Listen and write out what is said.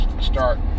start